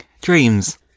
Dreams